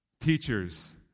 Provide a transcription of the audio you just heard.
teachers